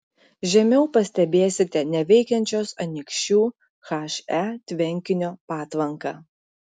žemiau pastebėsite neveikiančios anykščių he tvenkinio patvanką